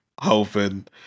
hoping